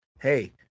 hey